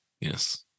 Yes